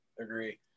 agree